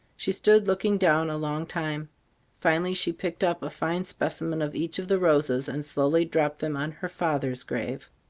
she stood looking down a long time finally she picked up a fine specimen of each of the roses and slowly dropped them on her father's grave.